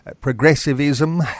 progressivism